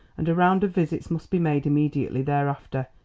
and a round of visits must be made immediately thereafter,